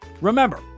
Remember